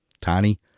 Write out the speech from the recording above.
tiny